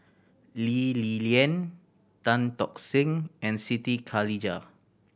Lee Li Lian Tan Tock Seng and Siti Khalijah